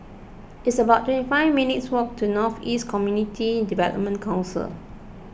it's about twenty five minutes' walk to North East Community Development Council